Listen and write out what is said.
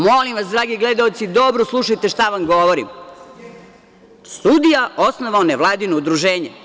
Molim vas, dragi gledaoci, dobro slušajte šta vam govorim, sudija osnovao nevladino udruženje.